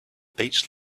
beach